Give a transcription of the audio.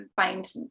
Find